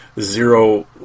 zero